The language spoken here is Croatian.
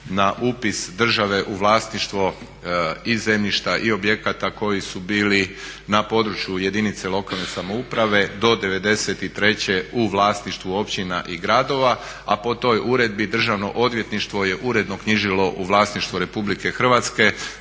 na upis države u vlasništvo i zemljišta, i objekata koji su bili na području jedinice lokalne samouprave do 93. u vlasništvu općina i gradova, a po toj uredbi državno odvjetništvo je uredno knjižilo u vlasništvo RH zemljišta